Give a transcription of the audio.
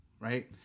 right